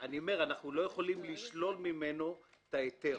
אנחנו לא יכולים לשלול ממנו את ההיתר.